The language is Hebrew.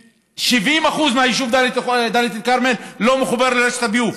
70% מהיישוב דאלית אל-כרמל לא מחובר לרשת הביוב.